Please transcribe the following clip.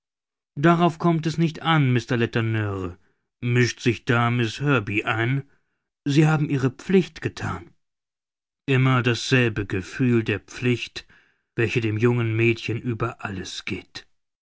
darauf kommt es nicht an mr letourneur mischt sich da miß herbey ein sie haben ihre pflicht gethan immer dasselbe gefühl der pflicht welche dem jungen mädchen über alles geht